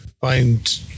find